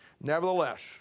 Nevertheless